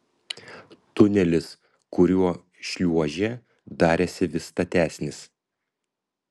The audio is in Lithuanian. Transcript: tunelis kuriuo šliuožė darėsi vis statesnis